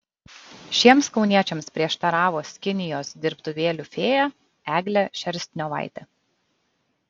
šiems kauniečiams prieštaravo skinijos dirbtuvėlių fėja eglė šerstniovaitė